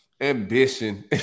ambition